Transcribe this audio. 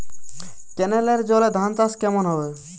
কেনেলের জলে ধানচাষ কেমন হবে?